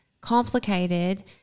complicated